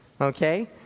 Okay